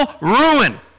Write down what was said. ruin